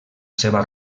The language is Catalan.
seva